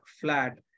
flat